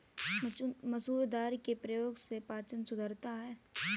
मसूर दाल के प्रयोग से पाचन सुधरता है